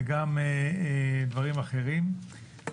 וגם דברים אחרים.